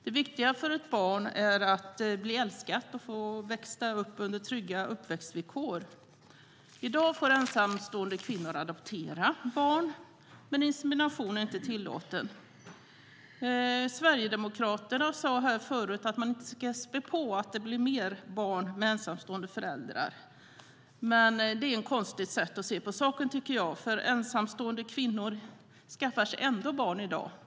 Det viktiga för ett barn är att bli älskat och få växa upp under trygga villkor. I dag får ensamstående kvinnor adoptera barn, men insemination är inte tillåten. Sverigedemokraterna sade förut att man inte ska spä på att det blir fler barn med ensamstående föräldrar. Jag tycker att det är ett konstigt sätt att se på saken. Ensamstående kvinnor skaffar sig ändå barn i dag.